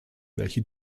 welche